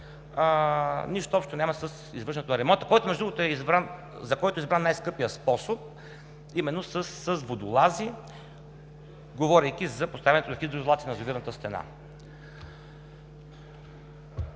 Нищо общо няма с извършването на ремонта, за който е избран най-скъпият способ – именно с водолази, говорейки за поставянето на хидроизолация на язовирната стена.